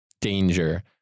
danger